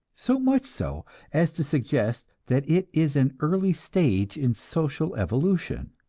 so much so as to suggest that it is an early stage in social evolution.